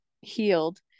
healed